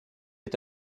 est